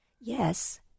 Yes